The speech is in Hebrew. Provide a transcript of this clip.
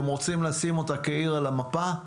אתם רוצים לשים אותה כעיר על המפה?